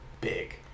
big